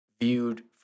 viewed